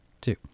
Two